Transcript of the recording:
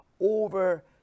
over